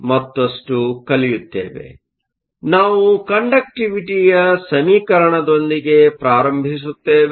ಆದ್ದರಿಂದ ನಾವು ಕಂಡಕ್ಟಿವಿಟಿಯ ಸಮೀಕರಣದೊಂದಿಗೆ ಪ್ರಾರಂಭಿಸುತ್ತೇವೆ